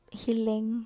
healing